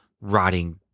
rotting